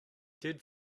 did